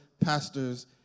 pastors